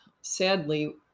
Sadly